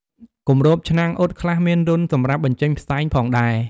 គម្របឆ្នាំងអ៊ុតខ្លះមានរន្ធសម្រាប់បញ្ចេញផ្សែងផងដែរ។